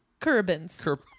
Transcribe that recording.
Curbins